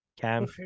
cam